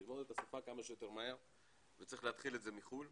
ללמוד את השפה כמה שיותר מהר וצריך להתחיל את זה בחוץ לארץ,